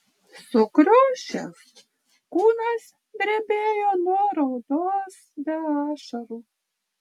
sukriošęs kūnas drebėjo nuo raudos be ašarų